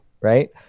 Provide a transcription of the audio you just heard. right